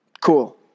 Cool